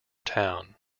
town